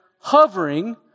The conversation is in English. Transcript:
hovering